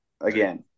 again